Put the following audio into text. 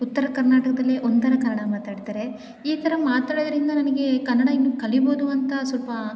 ಉತ್ತರ ಕರ್ನಾಟಕದಲ್ಲೇ ಒಂಥರ ಕನ್ನಡ ಮಾತಾಡ್ತಾರೆ ಈ ಥರ ಮಾತಾಡೋದರಿಂದ ನನಗೆ ಕನ್ನಡ ಇನ್ನು ಕಲಿಬೋದು ಅಂತ ಸ್ವಲ್ಪ